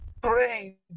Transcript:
brain